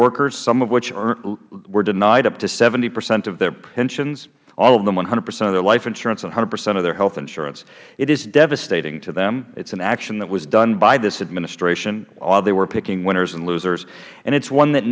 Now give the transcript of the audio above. workers some of which were denied up to seventy percent of their pensions all of them one hundred percent of their life insurance and one hundred percent of their health insurance it is devastating to them it's an action that was done to them by this administration while they were picking winners and losers and it's one that